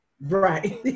Right